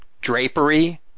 drapery